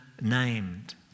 named